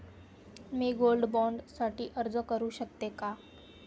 मी gold bond साठी अर्ज करु शकते का?